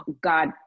God